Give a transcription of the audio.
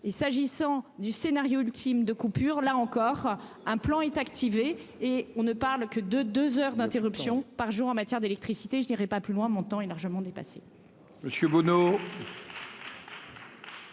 et s'agissant du scénario ultime de coupure là encore un plan est activé et on ne parle que de 2 heures d'interruption par jour en matière d'électricité, je dirais pas plus loin, temps est largement dépassé.